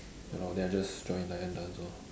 ya lor then I just join lion dance lor